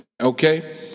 Okay